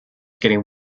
getting